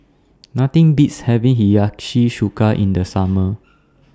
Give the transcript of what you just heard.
Nothing Beats having Hiyashi Chuka in The Summer